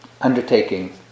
undertaking